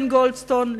כן גולדסטון,